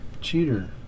Cheater